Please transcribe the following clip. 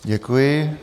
Děkuji.